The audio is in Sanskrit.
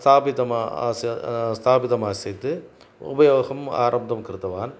स्थापितवान् आस् स्थापितम् आसीत् उभयोऽहम् आरब्धं कृतवान्